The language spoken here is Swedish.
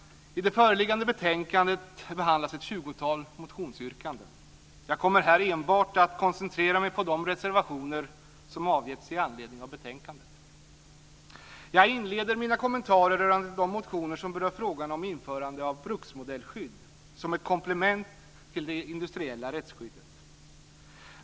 I det föreliggande betänkandet behandlas ett tjugotal motionsyrkanden. Jag kommer här enbart att koncentrera mig på de reservationer som avgetts i anledning av betänkandet. Jag inleder med kommentarer rörande de motioner som berör frågan om införande av bruksmodellskydd som ett komplement till det industriella rättsskyddet.